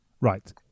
Right